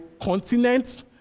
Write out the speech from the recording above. continent